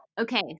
okay